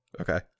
Okay